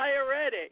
diuretic